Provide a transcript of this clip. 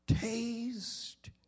Taste